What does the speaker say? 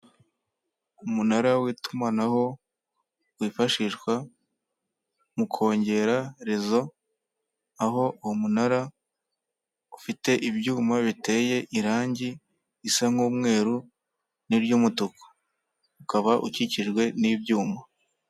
Umunara w'itumanaho wifashishwa mu kongera rezo aho umunara ufite ibyuma biteye irange risa nk'umweru n'iy'umutuku ukaba ukikijwe n'ibyuma.